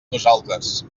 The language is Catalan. nosaltres